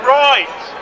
right